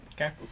Okay